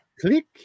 Click